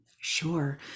sure